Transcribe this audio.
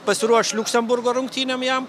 pasiruošt liuksemburgo rungtynėm jam